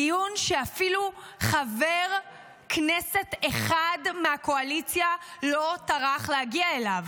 דיון שאפילו חבר כנסת אחד מהקואליציה לא טרח להגיע אליו.